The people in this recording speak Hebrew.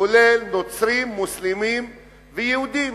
כולל נוצרים, מוסלמים ויהודים.